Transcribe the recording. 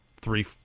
three